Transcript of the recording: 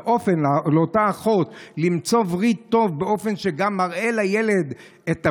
לאותה אחות למצוא וריד טוב באופן שגם מראה לילד את הווריד,